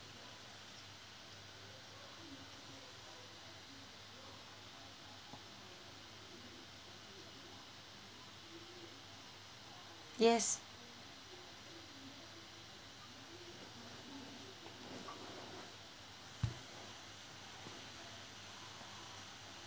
yes